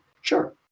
Sure